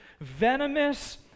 venomous